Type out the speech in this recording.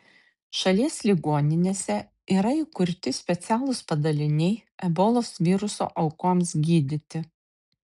šalies ligoninėse yra įkurti specialūs padaliniai ebolos viruso aukoms gydyti